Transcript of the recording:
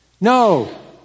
No